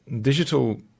digital